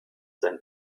sein